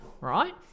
right